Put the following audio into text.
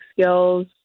skills